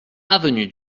avenue